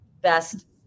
best